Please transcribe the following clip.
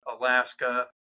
Alaska